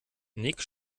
nick